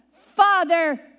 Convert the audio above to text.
Father